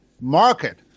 market